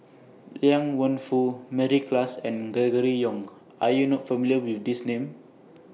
Liang Wenfu Mary Klass and Gregory Yong Are YOU not familiar with These Names